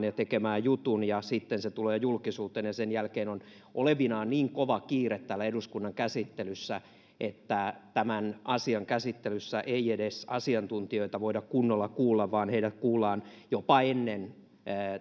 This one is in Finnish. ja tekemään jutun sitten se tulee julkisuuteen ja sen jälkeen on olevinaan niin kova kiire täällä eduskunnan käsittelyssä että tämän asian käsittelyssä ei edes asiantuntijoita voida kunnolla kuulla vaan heidät kuullaan jopa ennen